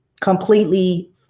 completely